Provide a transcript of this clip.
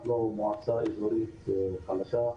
אנחנו מועצה אזורית חלשה.